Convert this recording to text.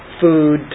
food